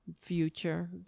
future